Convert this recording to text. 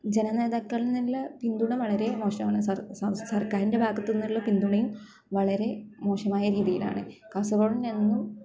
ജനനേതാക്കളിൽ നിന്നുള്ള പിന്തുണ വളരെ മോശമാണ് സംസ്ഥാന സർക്കാരിൻ്റെ ഭാഗത്ത് നിന്നുള്ള പിന്തുണയും വളരെ മോശമായ രീതിയിലാണ് കാസർഗോട് എന്നും